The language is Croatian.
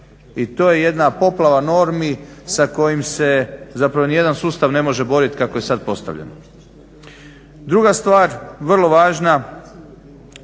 I to je jedna poplava normi sa kojim se zapravo nijedan sustav ne može boriti kako je sad postavljeno. Druga stvar vrlo važna,